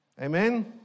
Amen